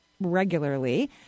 regularly